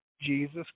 Jesus